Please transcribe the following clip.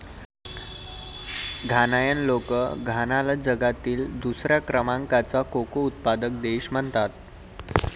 घानायन लोक घानाला जगातील दुसऱ्या क्रमांकाचा कोको उत्पादक देश म्हणतात